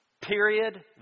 Period